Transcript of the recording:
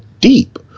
deep